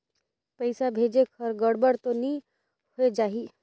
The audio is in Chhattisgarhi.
पइसा भेजेक हर गड़बड़ तो नि होए जाही?